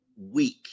week